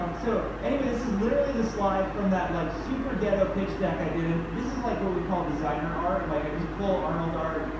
um so, anyway, this is literally the slide from that like super-ghetto pitch deck i did. and this is like what we call designer art. like i just pull arnold art.